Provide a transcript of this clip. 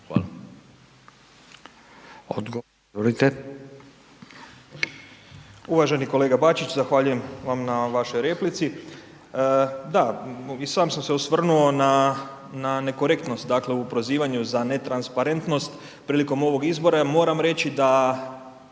Marko (HDZ)** Uvaženi kolega Bačić, zahvaljujem vam na vašoj replici. Da, i sam sam se osvrnuo na nekorektnost u prozivanju za ne transparentnost prilikom ovog izbora. Ja moram reći da